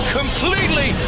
completely